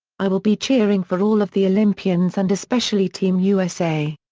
i will be cheering for all of the olympians and especially team usa!